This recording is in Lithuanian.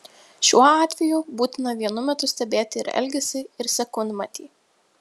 šiuo atveju būtina vienu metu stebėti ir elgesį ir sekundmatį